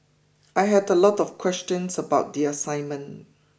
I had a lot of questions about the assignment